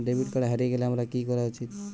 Debit card হারিয়ে গেলে আমার কি করা উচিৎ?